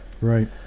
right